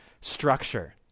structure